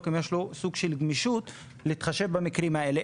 אם יש לו סוג של גמישות להתחשב במקרים האלה,